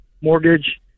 mortgage